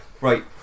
Right